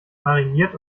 mariniert